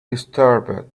disturbed